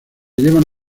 llevan